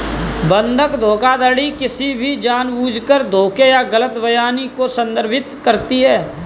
बंधक धोखाधड़ी किसी भी जानबूझकर धोखे या गलत बयानी को संदर्भित करती है